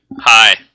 hi